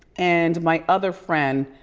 and my other friend